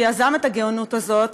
שיזם את הגאונות הזאת,